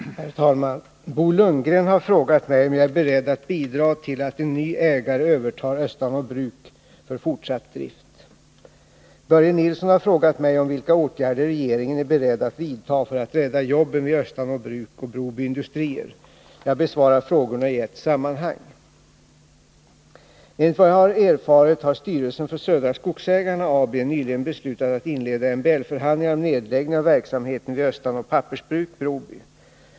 Herr talman! Bo Lundgren har frågat mig om jag är beredd att bidra till att en ny ägare övertar Östanå bruk för fortsatt drift. Börje Nilsson har frågat mig om vilka åtgärder regeringen är beredd att vidta för att rädda jobben vid Östanå bruk och Broby industrier. Jag besvarar frågorna i ett sammanhang. Enligt vad jag erfarit har styrelsen för Södra Skogsägarna AB nyligen beslutat att inleda MBL-förhandlingar om nedläggning av verksamheten vid Östanå pappersbruk, Broby.